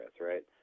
right